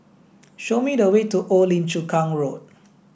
show me the way to Old Lim Chu Kang Road